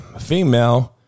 Female